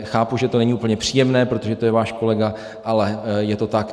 Chápu, že to není úplně příjemné, protože to je váš kolega, ale je to tak.